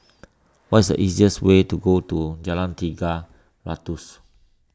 what is the easiest way to Jalan Tiga Ratus